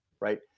right